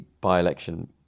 by-election